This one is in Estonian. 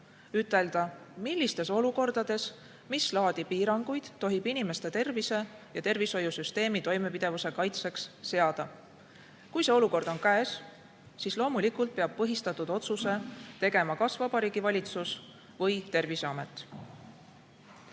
ütelda, millistes olukordades mis laadi piiranguid tohib inimeste tervise ja tervishoiusüsteemi toimepidevuse kaitseks seada. Kui see olukord on käes, siis loomulikult peab põhistatud otsuse tegema kas Vabariigi Valitsus või Terviseamet.